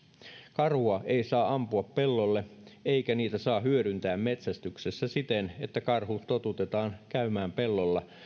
karhua ei saa ampua pellolle eikä niitä saa hyödyntää metsästyksessä siten että karhu totutetaan käymään pellolla